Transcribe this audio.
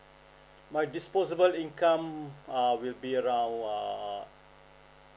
my disposable income uh will be around err